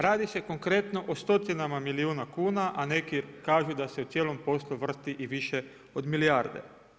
Radi se konkretno o stotinama milijuna kuna, a neki kažu da se u cijelom poslu vrti i više od milijarde.